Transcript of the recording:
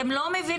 אתם לא מבינים.